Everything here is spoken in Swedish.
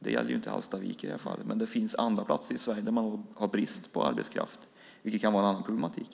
Det gäller inte Hallstavik, men det finns andra platser i Sverige där man har brist på arbetskraft. Det kan vara en annan problematik.